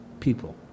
People